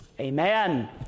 Amen